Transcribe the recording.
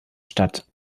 statt